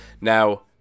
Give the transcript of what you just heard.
Now